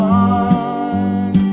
one